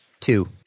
Two